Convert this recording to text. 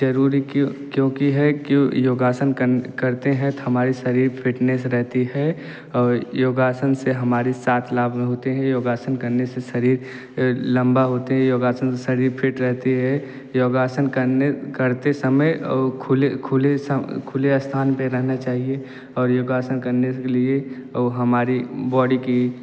ज़रूरी क्यों क्योंकि है क्यों योगासन करने करते हैं हमारे शरीर फिटनेस रहती है और योगासन से हमारे साथ लाभ होते हैं योगासन करने से शरीर लंबा होते हैं योगासन शरीर फिट रहता है योगासन करने करते समय और खुले खुले खुले स्थान पर रहना चाहिए और योगासन करने के लिए और हमारी बॉडी की